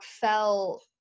fell